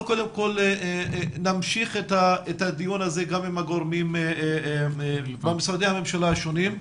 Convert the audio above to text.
אנחנו קודם כל נמשיך את הדיון הזה גם עם הגורמים במשרדי הממשלה השונים,